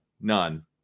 none